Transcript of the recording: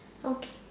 okay